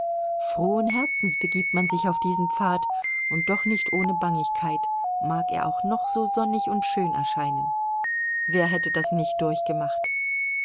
frohen herzens begibt man sich auf diesen pfad und doch nicht ohne bangigkeit mag er auch noch so sonnig und schön erscheinen wer hätte das nicht durchgemacht